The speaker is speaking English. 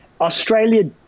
Australia